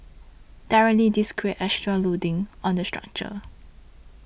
directly this creates extra loading on the structure